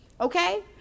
Okay